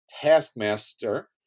Taskmaster